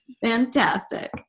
fantastic